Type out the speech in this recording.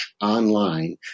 online